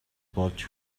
болж